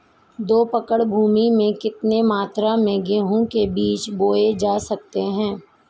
दो एकड़ भूमि में कितनी मात्रा में गेहूँ के बीज बोये जा सकते हैं?